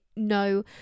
No